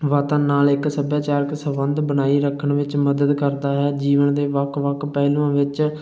ਵਤਨ ਨਾਲ ਇੱਕ ਸੱਭਿਆਚਾਰਕ ਸੰਬੰਧ ਬਣਾਈ ਰੱਖਣ ਵਿੱਚ ਮਦਦ ਕਰਦਾ ਹੈ ਜੀਵਨ ਦੇ ਵੱਖ ਵੱਖ ਪਹਿਲੂਆਂ ਵਿੱਚ